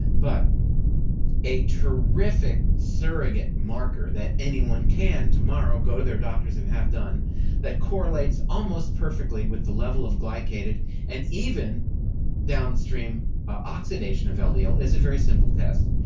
but a terrific surrogate marker that anyone can tomorrow go to their doctors and have done that correlates almost perfectly with the level of glycated and even downstream oxidation of ah ldl is a very simple test,